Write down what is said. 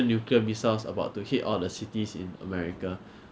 of course lah ya but 比较安全 [what] compared to malaysia